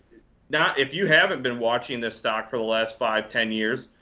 not if you haven't been watching this stock for the last five, ten years,